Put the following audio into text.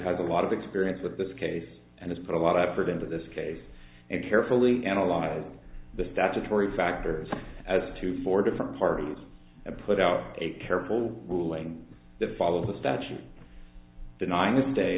has a lot of experience with this case and has put a lot of effort into this case and carefully analyzed the statutory factors as to four different parties have put out a careful ruling the fall of the statute denying the day